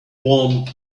warm